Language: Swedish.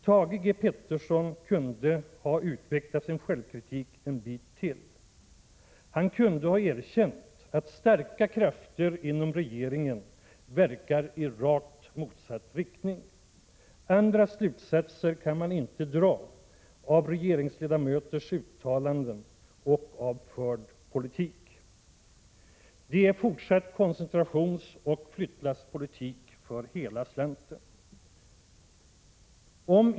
Thage Peterson kunde ha utvecklat sin självkritik en bit till. Han kunde ha erkänt att starka krafter inom regeringen verkar i rakt motsatt riktning. Andra slutsatser kan man inte dra av regeringsledamöters uttalanden och av förd politik. Det är fortsatt koncentrationsoch flyttlasspolitik för hela slanten.